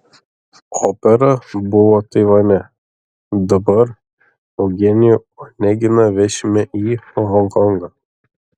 opera buvo taivane dabar eugenijų oneginą vešime į honkongą